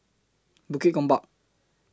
Bukit Gombak